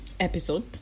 episode